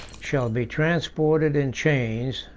shall be transported in chains,